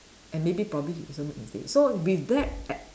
and maybe probably it also made his day so with that a~